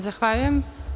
Zahvaljujem.